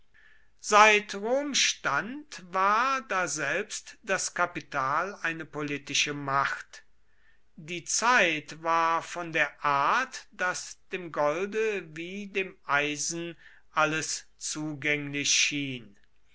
seit rom stand war daselbst das kapital eine politische macht die zeit war von der art daß dem golde wie dem eisen alles zugänglich schien